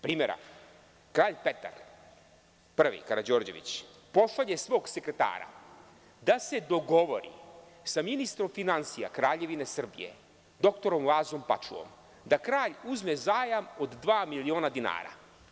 Primera radi, kralj Petar Prvi Karađorđević, pošalje svog sekretara da se dogovori sa ministrom finansija Kraljevine Srbije, dr Lazom Pačuom, da kralj uzme zajam od dva miliona dinara.